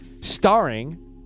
starring